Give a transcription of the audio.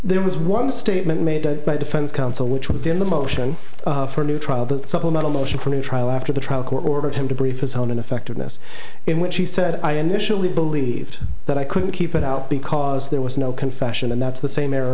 there was one statement made by defense counsel which was in the motion for a new trial the supplemental motion for a new trial after the trial court ordered him to brief his home ineffectiveness in which he said i initially believed that i couldn't keep it out because there was no confession and that's the same